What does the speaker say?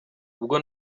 ubwo